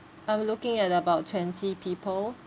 I'm looking at about twenty people